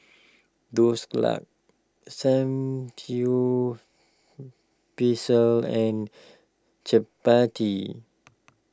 Dhoskla Samgyeopsal and Chapati